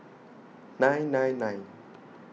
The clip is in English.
nine nine nine